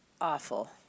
awful